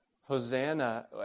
Hosanna